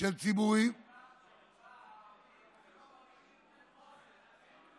של ציבורים, החברה הערבית, לא נותנים כלום,